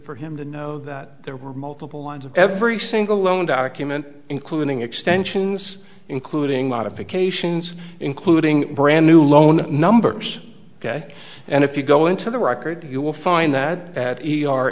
for him to know that there were multiple lines of every single loan document including extensions including lot of occasions including brand new loan numbers and if you go into the record you will find that at e